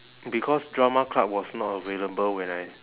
because drama club was not available when I